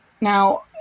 Now